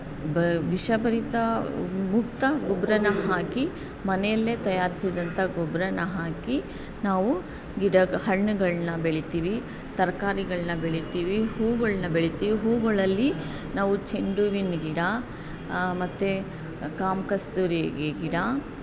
ಬ ವಿಷಭರಿತ ಮುಕ್ತ ಗೊಬ್ಬರನ ಹಾಕಿ ಮನೆಯಲ್ಲೇ ತಯಾರಿಸಿದಂಥ ಗೊಬ್ಬರನ ಹಾಕಿ ನಾವು ಗಿಡ ಹಣ್ಣುಗಳನ್ನು ಬೆಳಿತೀವಿ ತರ್ಕಾರಿಗಳನ್ನು ಬೆಳಿತೀವಿ ಹೂವುಗಳ್ನ ಬೆಳಿತೀವಿ ಹೂವುಗಳಲ್ಲಿ ನಾವು ಚೆಂಡು ಹೂವಿನ ಗಿಡ ಮತ್ತು ಕಾಮ ಕಸ್ತೂರಿ ಗಿಡ